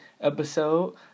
episode